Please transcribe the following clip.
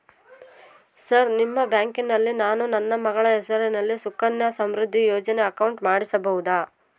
Sir ನಿಮ್ಮ ಬ್ಯಾಂಕಿನಲ್ಲಿ ನಾನು ನನ್ನ ಮಗಳ ಹೆಸರಲ್ಲಿ ಸುಕನ್ಯಾ ಸಮೃದ್ಧಿ ಯೋಜನೆ ಅಕೌಂಟ್ ಮಾಡಿಸಬಹುದಾ?